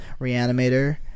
Reanimator